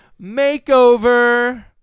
makeover